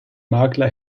makler